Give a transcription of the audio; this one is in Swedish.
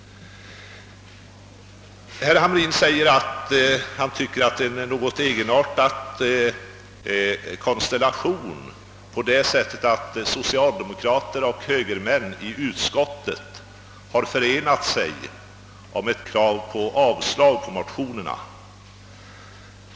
Herr Hamrin tycker att det är en något egenartad konstellation när socialdemokrater och högermän i utskottet har förenat sig om att avstyrka motionerna.